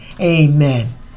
Amen